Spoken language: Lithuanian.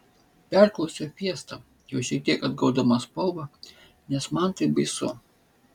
perklausė fiesta jau šiek tiek atgaudama spalvą nes man tai baisu